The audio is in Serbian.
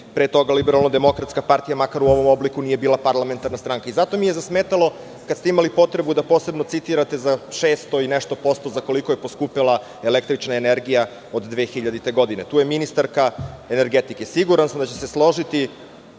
pre toga LDP, makar u ovom obliku, nije bila parlamentarna stranka. Zato mi je zasmetalo kada ste imali potrebu da posebno citirate za 600 i nešto posto, za koliko je poskupela električna energija od 2000. godine. Tu je ministarka energetike i siguran sam da će se složiti